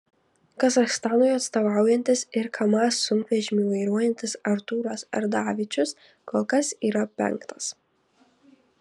kazachstanui atstovaujantis ir kamaz sunkvežimį vairuojantis artūras ardavičius kol kas yra penktas